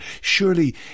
surely